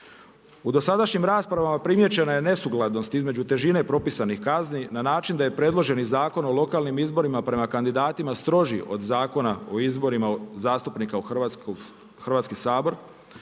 U dosadašnjim raspravama primijećena je nesuglednost između težine propisanih kazni na način da je predloženi Zakon o lokalnim izborima prema kandidatima stroži od Zakona o izborima zastupnika u Hrvatski sabor,